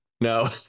No